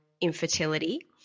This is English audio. infertility